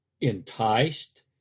enticed